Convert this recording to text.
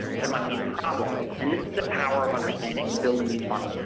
there might be a problem. and this is the power of understanding and building these funnels.